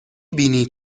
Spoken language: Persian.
بینی